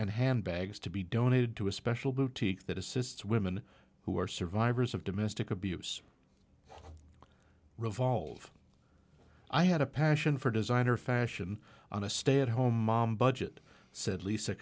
and handbags to be donated to a special boutique that assists women who are survivors of domestic abuse revolve i had a passion for designer fashion on a stay at home mom budget said lisa